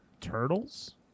Turtles